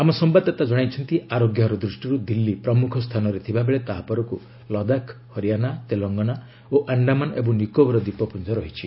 ଆମ ସମ୍ଭାଦଦାତା ଜଣାଇଛନ୍ତି ଆରୋଗ୍ୟ ହାର ଦୃଷ୍ଟିର୍ ଦିଲ୍ଲୀ ପ୍ରମୁଖ ସ୍ଥାନରେ ଥିବା ବେଳେ ତାହା ପରକୁ ଲଦାଖ ହରିଆଣା ତେଲଙ୍ଗାନା ଓ ଆଣ୍ଡାମାନ ଏବଂ ନିକୋବର ଦୀପପୁଞ୍ଜ ରହିଛି